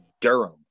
Durham